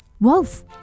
Wolf